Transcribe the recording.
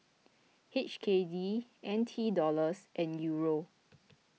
H K D N T Dollars and Euro